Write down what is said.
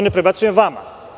Ne prebacujem to vama.